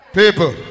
people